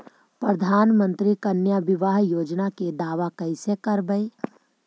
प्रधानमंत्री कन्या बिबाह योजना के दाबा कैसे करबै?